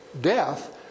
death